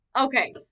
Okay